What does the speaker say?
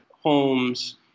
homes